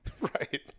Right